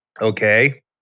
Okay